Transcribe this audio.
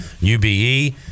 UBE